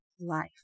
life